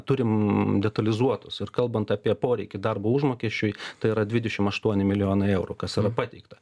turim detalizuotus ir kalbant apie poreikį darbo užmokesčiui tai yra dvidešim aštuoni milijonai eurų kas yra pateikta